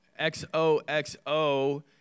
XOXO